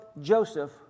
Joseph